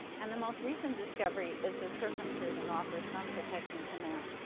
and the most recent discovery is that circumcision offers some protection to men.